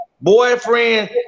boyfriend